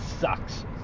sucks